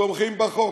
תומכים בחוק.